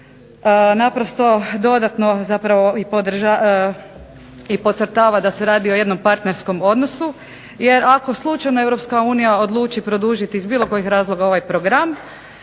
naprosto dodatno zapravo i podcrtava da se radi o jednom partnerskom odnosu, jer ako slučajno Europska unija odluči produžiti iz bilo kojih razloga ovaj program,